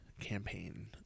campaign